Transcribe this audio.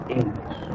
English